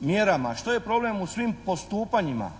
mjerama, što je problem u svim postupanjima